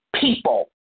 people